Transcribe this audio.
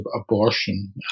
abortion